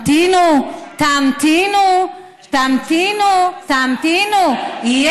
תמתינו, תמתינו, תמתינו, תמתינו.